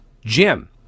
Jim